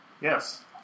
Yes